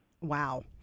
Wow